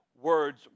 Words